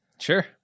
Sure